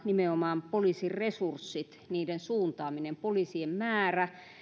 nimenomaan poliisin resurssit niiden suuntaaminen poliisien määrä